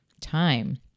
time